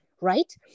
right